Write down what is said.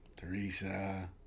Teresa